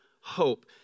hope